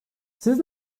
siz